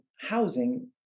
housing